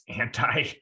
anti-